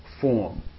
form